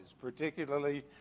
particularly